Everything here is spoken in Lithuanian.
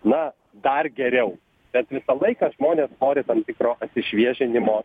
na dar geriau bet visą laiką žmonės nori tam tikro išviešinimo